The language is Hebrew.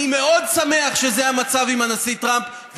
ויש פה נשיא אמריקני, מה?